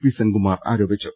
P Senkumar ആരോപിച്ചു